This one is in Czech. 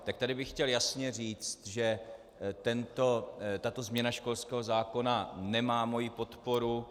Tak tady bych chtěl jasně říct, že tato změna školského zákona nemá moji podporu.